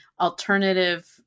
alternative